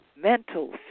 mental